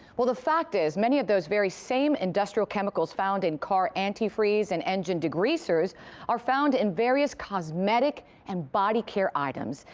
well, the fact is many of those very same industrial chemicals found in car antifreeze and engine degreasers are found in various cosmetic and body care items.